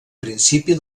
principi